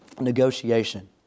Negotiation